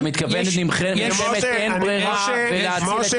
אתה מתכוון למלחמת אין ברירה ולהציל את